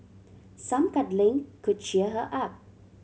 some cuddling could cheer her up